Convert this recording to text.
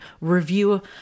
review